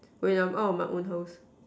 when I'm out of my own house